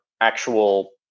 actual